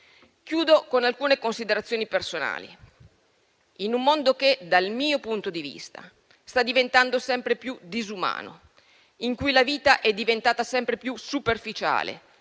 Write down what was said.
con alcune considerazioni personali. In un mondo che dal mio punto di vista sta diventando sempre più disumano, in cui la vita è diventata sempre più superficiale